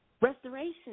Restoration